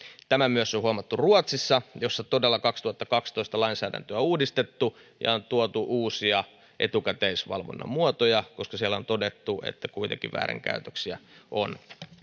tämä myös on huomattu ruotsissa missä todella kaksituhattakaksitoista lainsäädäntöä on uudistettu ja on tuotu uusia etukäteisvalvonnan muotoja koska siellä on todettu että kuitenkin väärinkäytöksiä on